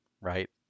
right